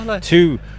Two